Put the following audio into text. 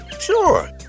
Sure